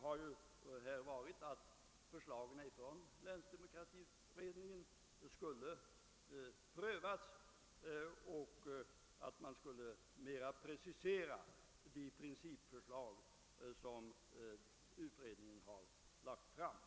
Avsikten har varit att förslagen från länsdemokratiutredningen skulle prövas och att man skulle mera precisera de principförslag som utredningen har framlagt.